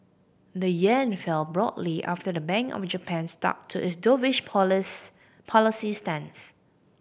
the yen fell broadly after the Bank of Japan stuck to its dovish police policy stance